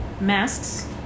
masks